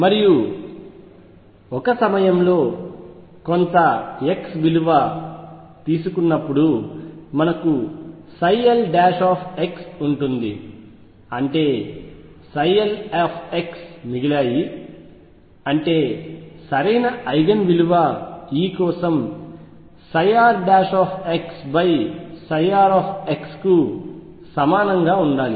మరియు ఒక సమయంలో కొంత x విలువ తీసుకున్నప్పుడు మనకు l ఉంటుంది అంటే ఇక్కడ l మిగిలాయి అంటే సరైన ఐగెన్ విలువ E కోసం rr కు సమానంగా ఉండాలి